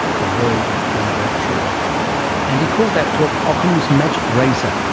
the world of john bradshaw and he called that talk ockham's magic razor,